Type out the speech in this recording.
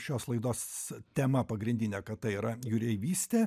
šios laidos tema pagrindine kad tai yra jūreivystė